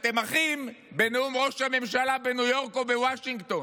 אתם אחים בנאום ראש הממשלה בניו יורק או בוושינגטון,